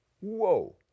Whoa